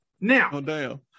Now